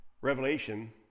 Revelation